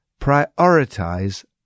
Prioritize